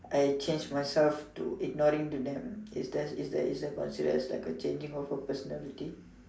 I changed myself to ignoring to them if that's if that is considered as a changing of a personality